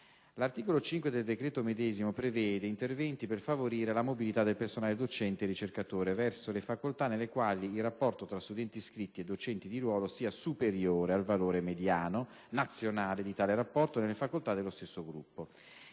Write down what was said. L'articolo 5 del decreto medesimo prevede "interventi per favorire la mobilità del personale docente e ricercatore" verso le "facoltà nelle quali il rapporto tra studenti iscritti...e docenti di ruolo sia superiore al valore mediano nazionale di tale rapporto nelle facoltà dello stesso gruppo":